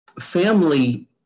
family